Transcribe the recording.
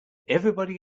everybody